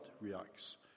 reacts